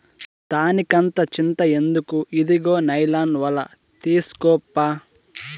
దానికంత చింత ఎందుకు, ఇదుగో నైలాన్ ఒల తీస్కోప్పా